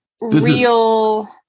real